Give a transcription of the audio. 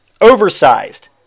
Oversized